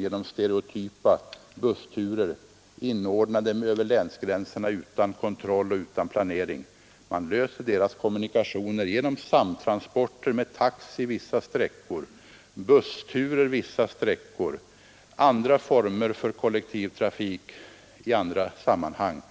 genom stereotypa bussturer över länsgränserna utan kontroll och utan planering. Man löser deras kommunikationsproblem genom samtransporter med taxi vissa sträckor, bussturer vissa sträckor och andra former för kollektiv trafik i andra sammanhang.